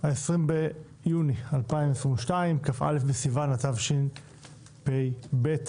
20 ביוני 2022, כ"א בסיון התשפ"ב.